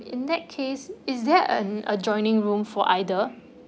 in that case is there an adjoining room for either